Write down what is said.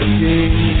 king